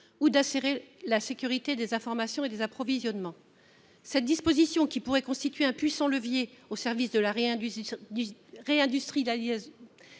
ou d'assurer la sécurité des informations et des approvisionnements. Cette disposition, qui pourrait constituer un puissant levier au service de la réindustrialisation